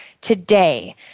today